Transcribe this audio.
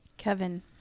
Kevin